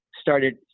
started